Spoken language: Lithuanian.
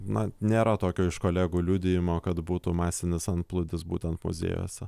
na nėra tokio iš kolegų liudijimo kad būtų masinis antplūdis būtent muziejuose